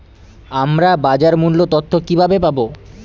আমরা বাজার মূল্য তথ্য কিবাবে পাবো?